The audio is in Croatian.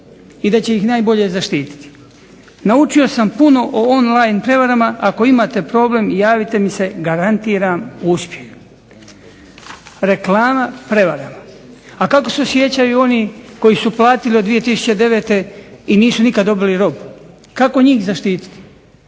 i da će ih najbolje zaštititi. Naučio sam puno o online prevarama, ako imate problem javite mi se, garantiram uspjeh. Reklama – prevara. A kako se osjećaju oni koji su platili od 2009. i nisu nikad dobili robu? Kako njih zaštititi?